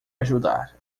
ajudar